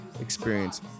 Experience